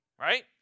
right